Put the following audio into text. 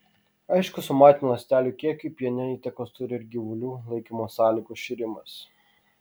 aišku somatinių ląstelių kiekiui piene įtakos turi ir gyvulių laikymo sąlygos šėrimas